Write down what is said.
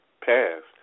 passed